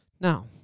Now